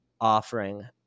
offering